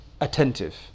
attentive